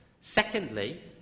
secondly